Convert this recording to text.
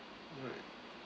right